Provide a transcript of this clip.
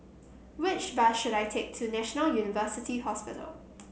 which bus should I take to National University Hospital